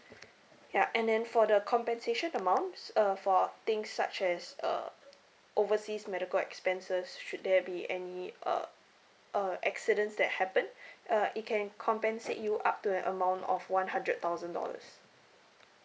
ya and then for the compensation amounts uh for things such as uh overseas medical expenses should there be any uh uh accidents that happen uh it can compensate you up to an amount of one hundred thousand dollars